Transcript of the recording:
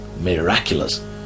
Miraculous